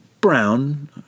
Brown